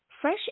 fresh